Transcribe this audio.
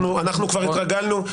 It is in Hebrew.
אנחנו כבר התרגלנו.